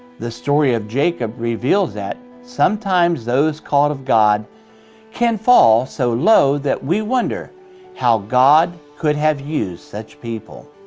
the story of jacob reveals that sometimes those called of god can fall so low that we wonder how god could have used such people.